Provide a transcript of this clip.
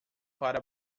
para